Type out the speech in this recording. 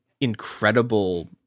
incredible